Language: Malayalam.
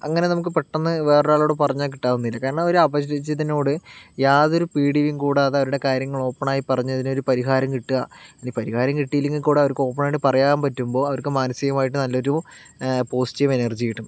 അങ്ങനെ നമുക്ക് പെട്ടെന്ന് വേറൊരാളോട് പറഞ്ഞാൽ കിട്ടണമെന്നില്ല കാരണം ഒരു അപരിചിതനോട് യാതൊരു പേടിയും കൂടാതെ അവരുടെ കാര്യങ്ങൾ ഓപ്പണായി പറഞ്ഞതിനൊരു പരിഹാരം കിട്ടുക ഇനി പരിഹാരം കിട്ടിയില്ലെങ്കിൽ കൂടി അവർക്ക് ഓപ്പൺ ആയിട്ട് പറയാൻ പറ്റുമ്പോൾ അവർക്ക് മാനസികമായിട്ട് നല്ലൊരു പോസിറ്റീവ് എനർജി കിട്ടും